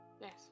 Yes